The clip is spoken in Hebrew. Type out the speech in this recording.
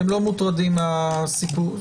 אתם לא מוטרדים מהסיפור הזה.